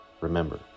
Remember